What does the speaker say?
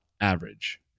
average